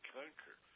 conquer